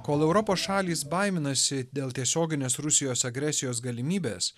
kol europos šalys baiminasi dėl tiesioginės rusijos agresijos galimybės